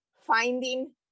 finding